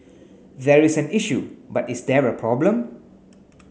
there is an issue but is there a problem